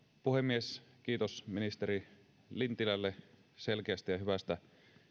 puhemies kiitos ministeri lintilälle selkeästä ja hyvästä